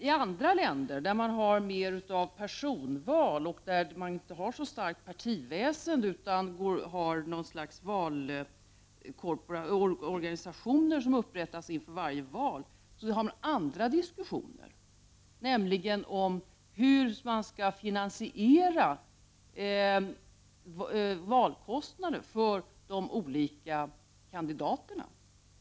I andra länder, där man har mer av personval och där man inte har så starkt partiväsen utan har något slags valorganisationer som upprättas inför varje val, har man andra diskussioner, nämligen om hur man skall finansiera valkostnaderna för de olika kandidaterna.